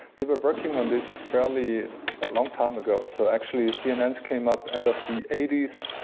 they were working on this fairly a long time ago. so actually cnns came up and of the eighty s,